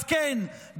אז כן,